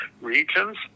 regions